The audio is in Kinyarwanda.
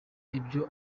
ibyo